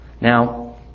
Now